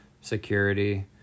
security